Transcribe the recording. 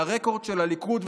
והרקורד של הליכוד,